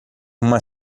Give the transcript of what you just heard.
uma